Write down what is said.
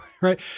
right